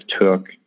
took